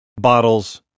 bottles